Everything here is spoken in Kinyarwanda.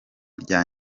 rya